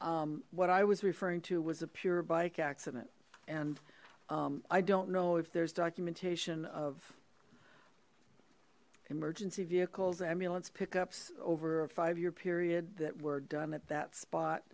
collisions what i was referring to was a pure bike accident and i don't know if there's documentation of emergency vehicles ambulance pickups over a five year period that we're done at that spot